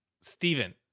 Stephen